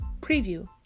preview